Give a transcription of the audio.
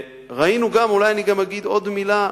וראינו גם, אולי אני גם אגיד עוד מלה,